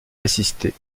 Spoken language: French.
assister